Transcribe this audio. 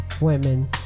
women